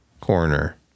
Corner